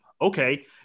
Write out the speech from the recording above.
Okay